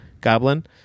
goblin